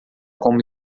como